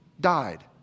died